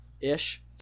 ish